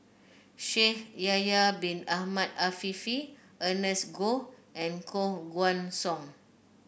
Shaikh Yahya Bin Ahmed Afifi Ernest Goh and Koh Guan Song